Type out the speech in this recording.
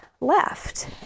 left